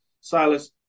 Silas